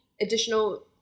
additional